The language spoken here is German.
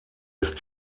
ist